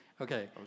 Okay